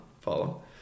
Follow